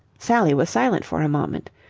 sally was silent for a moment.